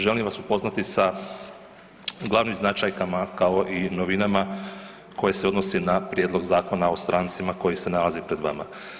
Želim vas upoznati sa glavnim značajkama kao i novinama koje se odnosi na Prijedlog zakona o strancima koji se nalazi pred vama.